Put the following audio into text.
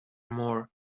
more